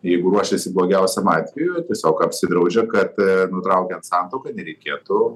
jeigu ruošiasi blogiausiam atvejui tiesiog apsidraudžia kad nutraukiant santuoką nereikėtų